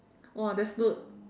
!wah! that's good